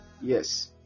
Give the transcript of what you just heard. Yes